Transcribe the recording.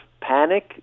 panic